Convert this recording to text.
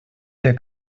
der